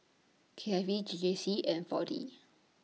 K I V J J C and four D